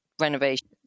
renovation